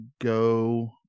go